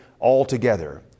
altogether